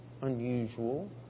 unusual